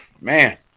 man